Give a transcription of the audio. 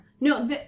No